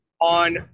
on